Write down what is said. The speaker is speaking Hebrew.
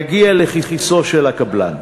יגיע לכיסו של הקבלן.